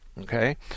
okay